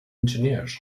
engineers